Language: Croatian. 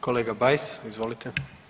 Kolega Bajs, izvolite.